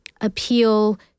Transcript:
appeal